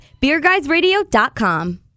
BeerGuysRadio.com